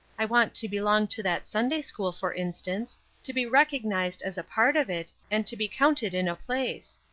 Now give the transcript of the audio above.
i want to belong to that sunday-school, for instance to be recognized as a part of it, and to be counted in a place.